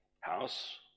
house